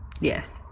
Yes